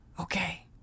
Okay